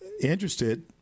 interested